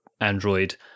Android